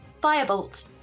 firebolt